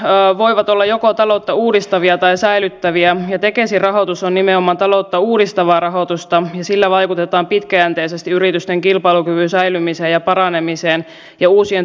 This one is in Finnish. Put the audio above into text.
hän aikaisemmin kenties jo helmikuussa saa maksukaton täyteen ja loppuvuoden pystyy ajamaan kelan piikkiin tämän asian että kyllä tässä tämä maksukatto suojaa paljon sairastavia ihmisiä